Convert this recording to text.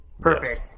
Perfect